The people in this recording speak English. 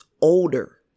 older